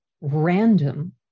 random